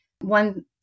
one